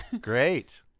Great